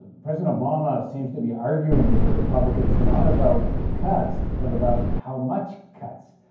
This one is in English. ah president obama seems to be arguing with the republicans not about cuts, but about how much cuts,